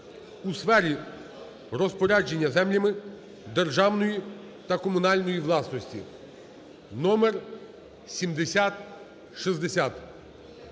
у сфері розпорядження землями державної та комунальної власності (№ 7060).